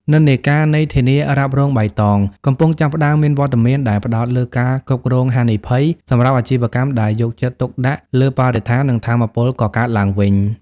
និន្នាការនៃ "ធានារ៉ាប់រងបៃតង" កំពុងចាប់ផ្ដើមមានវត្តមាន ដែលផ្ដោតលើ ការគ្រប់គ្រងហានិភ័យ សម្រាប់អាជីវកម្មដែលយកចិត្តទុកដាក់លើបរិស្ថាន និងថាមពលកកើតឡើងវិញ។